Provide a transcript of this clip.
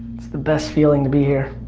it's the best feeling to be here.